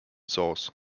source